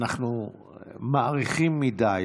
אנחנו מאריכים מדי.